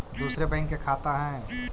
दुसरे बैंक के खाता हैं?